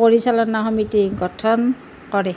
পৰিচালনা সমিতি গঠন কৰে